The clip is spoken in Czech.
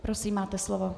Prosím, máte slovo.